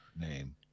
name